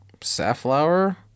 Safflower